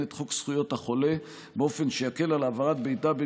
את חוק זכויות החולה באופן שיקל על העברת מידע בין